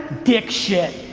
dick shit,